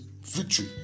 victory